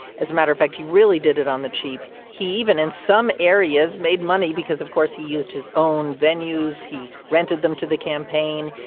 as a matter of fact, he really did it on the cheap. he even, in some areas, made money because, of course, he used his own venues. he rented them to the campaign.